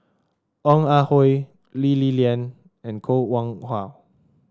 Ong Ah Hoi Lee Li Lian and Koh Nguang How